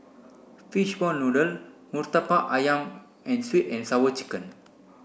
fishball noodle Murtabak Ayam and sweet and sour chicken